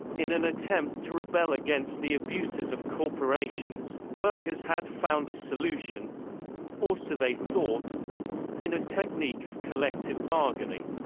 in an attempt to rebel against the abuses of corporations, workers had found a solution or so they thought in a technique of collective bargaining.